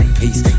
peace